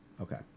Okay